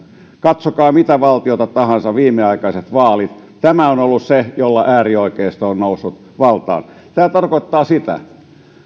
katsokaa mitä valtiota tahansa viimeaikaiset vaalit tämä on ollut se jolla äärioikeisto on noussut valtaan tämä tarkoittaa sitä että